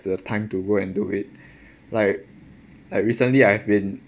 the time to go and do it like like recently I have been